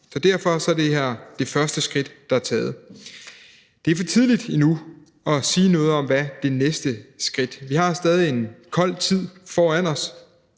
Så derfor er det her det første skridt, der er taget. Det er endnu for tidligt at sige noget om, hvad det næste skridt vil være. Vi har stadig en kold tid foran os.